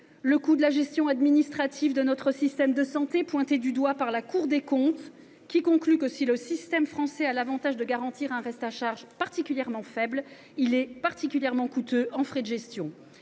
Le coût de la gestion administrative de notre système de santé est pointé du doigt par la Cour des comptes. Selon cette dernière, si le système français a l’avantage de garantir un « reste à charge particulièrement faible », il est « particulièrement coûteux en frais de gestion